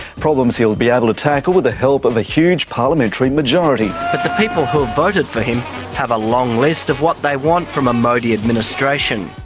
problems he will be able to tackle with the help of a huge parliamentary majority. but the people who have voted for him have a long list of what they want from a modi administration.